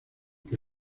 que